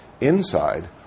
inside